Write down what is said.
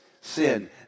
sin